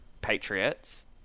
patriots